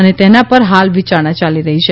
અને તેના પર હાલ વિયારણા યાલી રહી છે